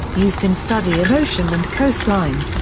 used in study of ocean and coastline.